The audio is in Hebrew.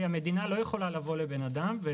המדינה לא יכולה להגיד לאדם: